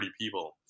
people